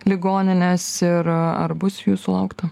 ligoninės ir ar bus jų sulaukta